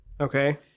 Okay